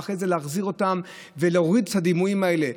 ולהחזיר אותם ולהוריד את הדימויים האלה.